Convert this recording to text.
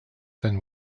then